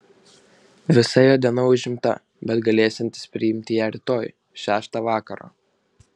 visa jo diena užimta bet galėsiantis priimti ją rytoj šeštą vakaro